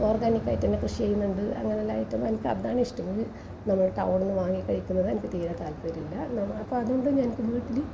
ഓർഗാനിക്കായിട്ട് തന്നെ കൃഷി ചെയ്യുന്നുണ്ട് ന്ന്ണ്ട്അങ്ങനെ എല്ലാമായിട്ട് എനിക്ക് അതാണ് ഇഷ്ടം നമ്മള് ടൗണില് വാങ്ങിക്കഴിക്കുന്നത് എനിക്ക് തീരെ താൽപ്പര്യിമില്ല അപ്പം അതുകൊണ്ട് ഞാൻ വീട്ടില്